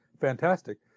fantastic